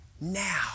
Now